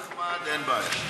בשביל אחמד אין בעיה.